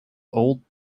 old